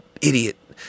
idiot